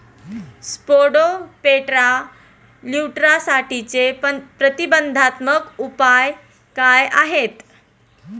Spodoptera लिट्युरासाठीचे प्रतिबंधात्मक उपाय काय आहेत?